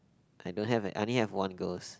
I don't have eh I only have one girls